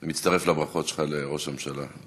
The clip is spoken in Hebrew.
אני מצטרף לברכות שלך לראש הממשלה על